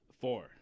Four